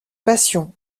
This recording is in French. passions